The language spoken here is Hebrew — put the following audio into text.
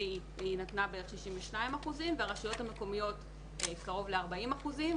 נתנה בערך 62% והרשויות המקומיות קרוב ל-40%.